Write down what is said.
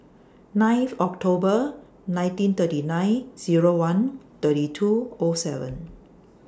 ninth October nineteen thirty nine Zero one thirty two O seven